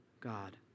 God